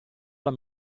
alla